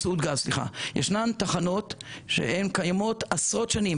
ישנן תחנות שהן קיימות עשרות שנים,